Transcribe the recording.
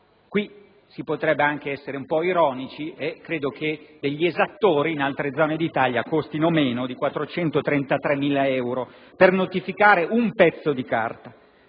Qui si potrebbe anche essere un po' ironici: credo che degli esattori, nelle altre zone d'Italia, costino meno di 433.000 euro per notificare un pezzo di carta.